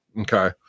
Okay